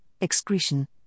excretion